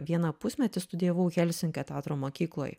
vieną pusmetį studijavau helsinkio teatro mokykloj